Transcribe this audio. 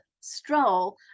stroll